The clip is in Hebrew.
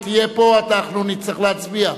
אם תהיה פה אנחנו נצטרך להצביע,